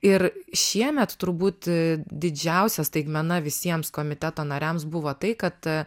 ir šiemet turbūt didžiausia staigmena visiems komiteto nariams buvo tai kad